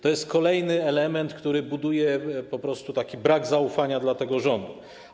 To jest kolejny element, który buduje po prostu brak zaufania do tego rządu.